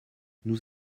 nous